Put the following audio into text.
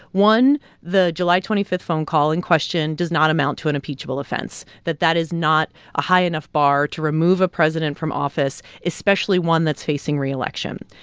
one the july twenty five phone call in question does not amount to an impeachable offense, that that is not a high enough bar to remove a president from office, especially one that's facing reelection.